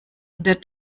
der